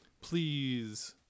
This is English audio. Please